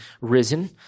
risen